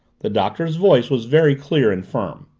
the doctor's voice was very clear and firm.